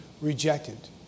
rejected